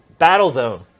Battlezone